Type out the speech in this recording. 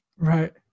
Right